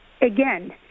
again